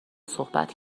صحبت